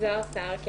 המקצועית